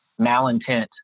malintent